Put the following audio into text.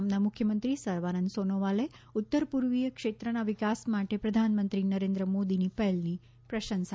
આસામના મુખ્યમંત્રી સર્વાનંદ સોનોવાલે ઉત્તર પૂર્વી ક્ષેત્રના વિકાસ માટે પ્રધાનમંત્રી નરેન્દ્ર મોદીની પહેલની પ્રશંસા કરી